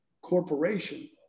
corporation